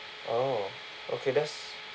oh okay that's